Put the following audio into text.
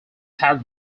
tag